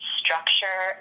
structure